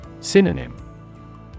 Synonym